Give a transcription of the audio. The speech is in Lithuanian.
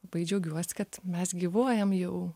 labai džiaugiuosi kad mes gyvuojam jau